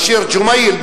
באשיר ג'מאייל,